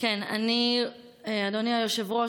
אדוני היושב-ראש,